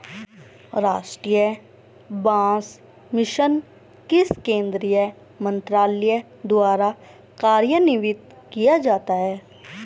राष्ट्रीय बांस मिशन किस केंद्रीय मंत्रालय द्वारा कार्यान्वित किया जाता है?